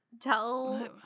Tell